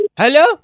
hello